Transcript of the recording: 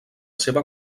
seva